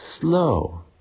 slow